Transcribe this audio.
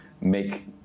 make